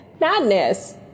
Madness